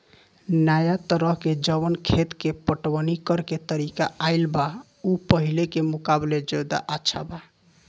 नाया तरह के जवन खेत के पटवनी करेके तरीका आईल बा उ पाहिले के मुकाबले ज्यादा अच्छा बा